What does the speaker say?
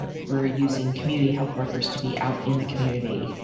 we're using community health workers to be out in the community.